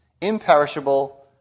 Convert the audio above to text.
imperishable